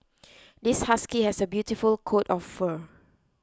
this husky has a beautiful coat of fur